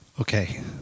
Okay